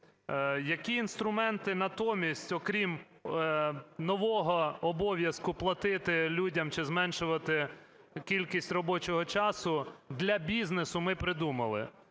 Які інструменти натомість, окрім нового обов'язку платити людям чи зменшувати кількість робочого часу, для бізнесу ми придумали?